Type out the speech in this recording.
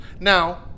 Now